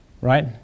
right